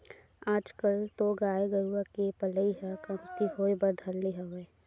आजकल तो गाय गरुवा के पलई ह कमती होय बर धर ले हवय